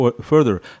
further